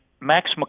Max